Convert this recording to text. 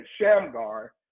Shamgar